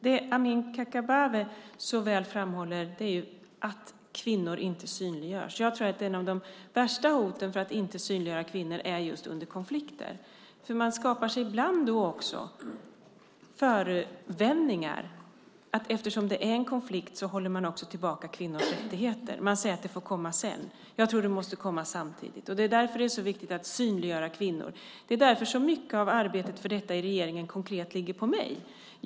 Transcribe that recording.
Det Amineh Kakabaveh så väl framhåller är att kvinnor inte synliggörs. Jag tror att ett av de värsta hoten mot att synliggöra kvinnor är just konflikter. Man skapar sig ibland då också förevändningar; eftersom det är en konflikt håller man också tillbaka kvinnors rättigheter. Man säger att de får komma sedan. Jag tror att de måste komma samtidigt. Det är därför det är så viktigt att synliggöra kvinnor. Det är också därför så mycket av arbetet för detta i regeringen konkret ligger på mig.